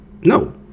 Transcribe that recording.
No